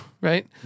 right